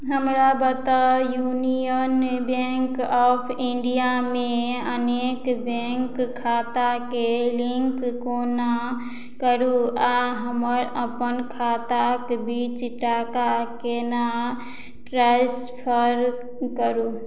हमरा बताउ union bank of इंडियामे अनेक बैंक खाताके लिंक कोना करु आ हमर अपन खाताक बीच टाका केना ट्रांसफर करु